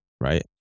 right